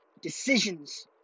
decisions